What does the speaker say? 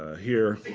ah here.